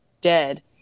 dead